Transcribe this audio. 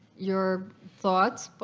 your thoughts